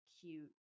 cute